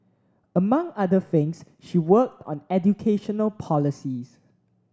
among other things she worked on educational policies